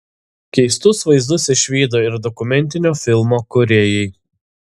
keistus vaizdus išvydo ir dokumentinio filmo kūrėjai